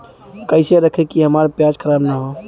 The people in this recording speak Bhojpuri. कइसे रखी कि हमार प्याज खराब न हो?